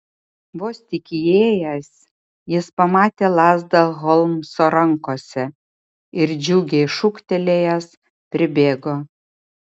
vos tik įėjęs jis pamatė lazdą holmso rankose ir džiugiai šūktelėjęs pribėgo